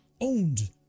owned